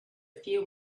few